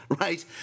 right